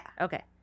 okay